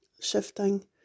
shifting